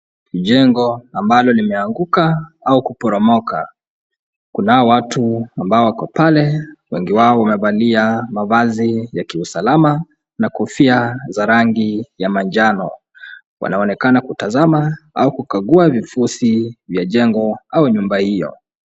Jengo ambalo limeanguka au kuporomoka kunao watu ambao wako pale wengi wao wamevalia mavazi ya kiusalama na kofia za rangi ya manjano wanaonekana kutazama au kukagua vifusi vya jengo au nyumba hiyo.